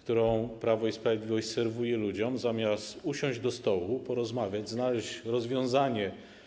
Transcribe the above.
którą Prawo i Sprawiedliwość serwuje ludziom, zamiast usiąść do stołu, porozmawiać, znaleźć rozwiązanie.